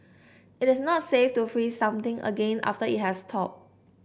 it is not safe to freeze something again after it has thawed